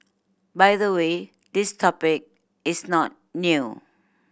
by the way this topic is not new